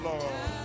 Lord